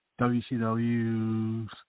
WCW's